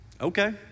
Okay